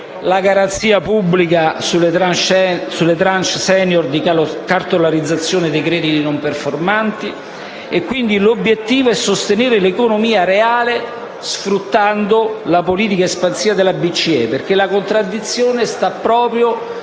la garanzia pubblica sulle *tranche senior* di cartolarizzazione dei crediti non performanti. L'obiettivo, quindi, è sostenere l'economia reale sfruttando la politica espansiva della BCE. Infatti, la contraddizione risiede proprio